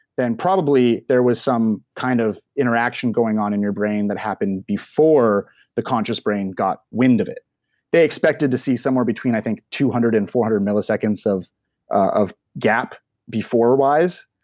then probably there was some kind of interaction going on in your brain that happened before the conscious brain got wind of it they expected to see somewhere between, i think, two hundred and four hundred milliseconds of gap gap before wise,